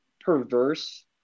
perverse